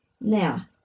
Now